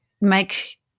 make